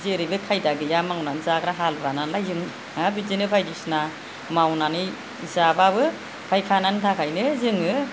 जेरैबो खायदा गैया मावनानै जाग्रा हालुवा नालाय जों बिदिनो बायदिसिना मावनानै जाबाबो फायखानानि थाखाय नो जोङो